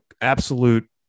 absolute